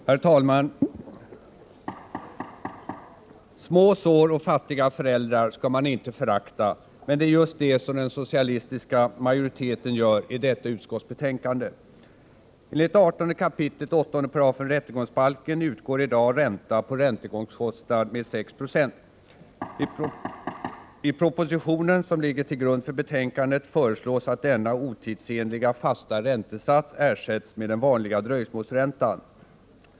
Herr talman! Små sår och fattiga föräldrar skall man inte förakta, men det är just det som den socialistiska majoriteten gör i detta utskottsbetänkande. Enligt 18 kap. 8 § rättegångsbalken utgår i dag ränta på rättegångskostnad med 6 46. I propositionen, som ligger till grund för betänkandet, föreslås att denna otidsenliga fasta räntesats ersätts med den vanliga dröjsmålsräntan.